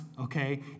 okay